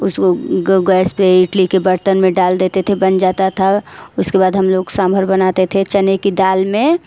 उसको गैस पर इडली के बरतन में डाल देते थे बन जाता था उसके बाद हम लोग सांबर बनाते थे चने की दाल में